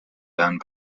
done